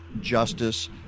justice